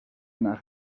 nach